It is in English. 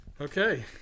Okay